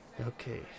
Okay